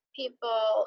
people